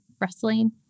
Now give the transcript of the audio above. wrestling